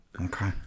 Okay